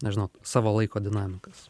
nežinau savo laiko dinamikas